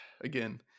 Again